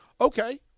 okay